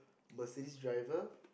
Mercedes driver